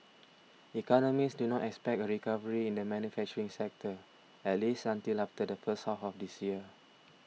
economists do not expect a recovery in the manufacturing sector at least until after the first half of this year